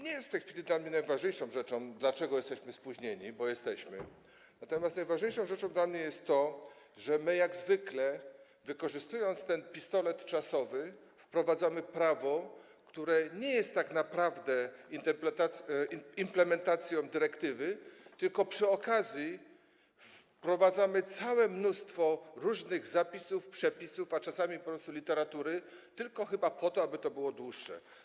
Nie jest w tej chwili dla mnie najważniejszą rzeczą to, dlaczego jesteśmy spóźnieni, bo jesteśmy, lecz najważniejszą rzeczą dla mnie jest to, że jak zwykle, wykorzystując ten pistolet czasowy, wprowadzamy prawo, które nie jest tak naprawdę implementacją dyrektywy - bo przy okazji wprowadzamy mnóstwo różnych zapisów, przepisów, a czasami po prostu literatury, i to chyba tylko po to, żeby to było dłuższe.